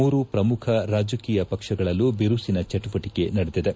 ಮೂರು ಪ್ರಮುಖ ರಾಜಕೀಯ ಪಕ್ಷಗಳಲ್ಲೂ ಬಿರುಸಿನ ಚಟುವಟಿಕೆ ನಡೆದಿದೆ